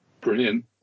Brilliant